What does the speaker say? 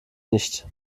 nicht